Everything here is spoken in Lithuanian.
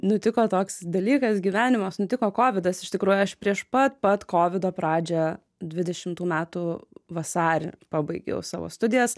nutiko toks dalykas gyvenimas nutiko kovidas iš tikrųjų aš prieš pat pat kovido pradžią dvidešimtų metų vasarį pabaigiau savo studijas